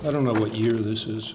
i don't know what your loses